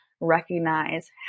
recognize